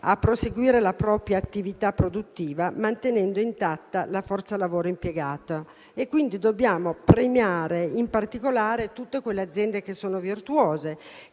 a proseguire la propria attività produttiva, mantenendo intatta la forza lavoro impiegata. Dobbiamo premiare in particolare tutte quelle aziende virtuose